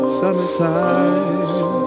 summertime